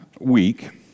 week